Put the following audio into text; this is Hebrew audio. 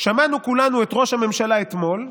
שמענו כולנו את ראש הממשלה אתמול,